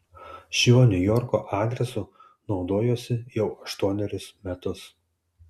šiuo niujorko adresu naudojuosi jau aštuonerius metus